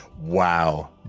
Wow